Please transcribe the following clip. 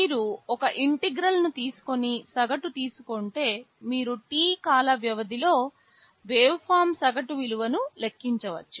మీరు ఒక ఇంటిగ్రల్ ను తీసుకొని సగటును తీసుకుంటే మీరు T కాల వ్యవధిలో వేవ్ఫార్మ్ సగటు విలువను లెక్కించవచ్చు